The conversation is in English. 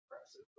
impressive